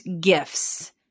gifts